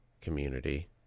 community